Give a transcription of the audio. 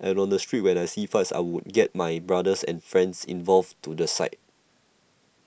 and on the street when I see fights I would get my brothers and friends involved to the side